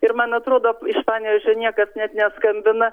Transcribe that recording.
ir man atrodo iš panevėžio niekas net neskambina